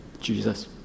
Jesus